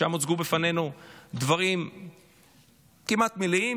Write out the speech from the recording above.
ושם הוצגו בפנינו דברים כמעט מלאים,